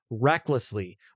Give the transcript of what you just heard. Recklessly